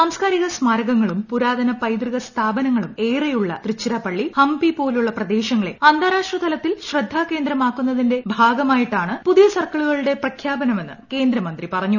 സാംസ്കാരിക സ്മാരകങ്ങളും പുരാതന പൈതൃക സ്ഥാപനങ്ങളും ഏറെയുള്ള തിരുച്ചിറപ്പള്ളി ഹംപി പോലുള്ള പ്രദേശങ്ങളെ അന്താരാഷ്ട്ര തലത്തിൽ ശ്രദ്ധാ കേന്ദ്രമാക്കുന്നതിന്റെ ഭാഗമായിട്ടാണ് പുതിയ സർക്കിളുകളുടെ പ്രഖ്യാപനമെന്ന് കേന്ദ്രമന്ത്രി പറഞ്ഞു